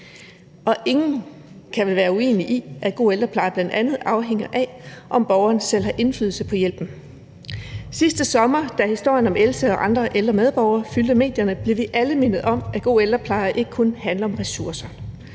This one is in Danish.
Ingen kan vel være uenig i, at god ældrepleje bl.a. afhænger af, om borgeren selv har indflydelse på hjælpen. Sidste sommer, da historien om Else og andre ældre medborgere fyldte medierne, blev vi alle mindet om, at god ældrepleje ikke kun handler om ressourcer.